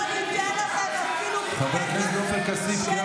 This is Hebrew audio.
לא ניתן לכם אפילו פתח של רגע אחד.